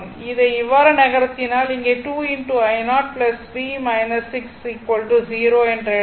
இதை இவ்வாறு நகர்த்தினால் இங்கே 2 i0 v 6 0 என எழுதலாம்